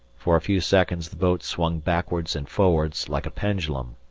for a few seconds the boat swung backwards and forwards, like a pendulum.